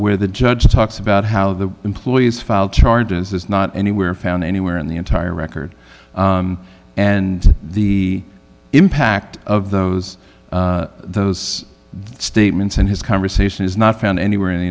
where the judge talks about how the employees file charges is not anywhere found anywhere in the entire record and the impact of those those statements and his conversation is not found anywhere in the